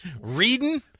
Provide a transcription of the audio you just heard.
Reading